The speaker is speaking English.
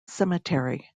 cemetery